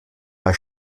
bei